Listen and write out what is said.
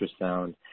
ultrasound